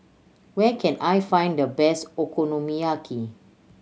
where can I find the best Okonomiyaki